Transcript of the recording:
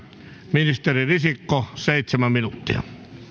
ministeri risikko seitsemän minuuttia